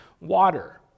Water